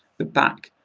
the back,